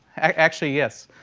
actually, yes.